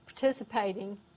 participating